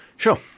Sure